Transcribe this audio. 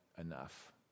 enough